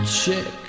check